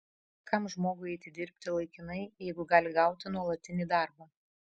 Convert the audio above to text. kam žmogui eiti dirbti laikinai jeigu gali gauti nuolatinį darbą